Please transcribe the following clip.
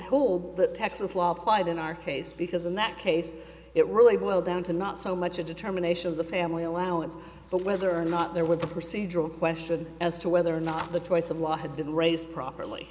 that texas law applied in our face because in that case it really boiled down to not so much a determination of the family allowance but whether or not there was a procedural question as to whether or not the choice of law had been raised properly